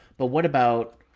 but what about,